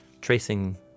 tracing